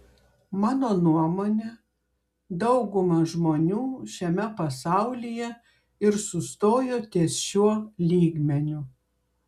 mano nuomone dauguma žmonių šiame pasaulyje ir sustojo ties šiuo lygmeniu